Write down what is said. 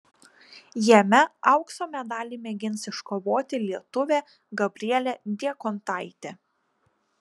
jame aukso medalį mėgins iškovoti lietuvė gabrielė diekontaitė